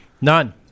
None